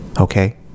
okay